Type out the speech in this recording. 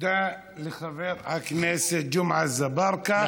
תודה לחבר הכנסת ג'מעה אזברגה.